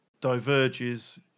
diverges